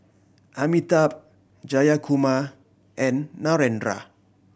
Amitabh Jayakumar and Narendra